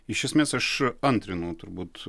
iš esmės aš antrinu turbūt